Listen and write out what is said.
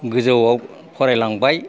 गोजौयाव फरायलांबाय